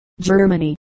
Germany